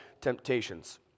temptations